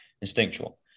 instinctual